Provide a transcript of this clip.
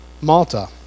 Malta